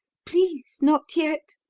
please, not yet!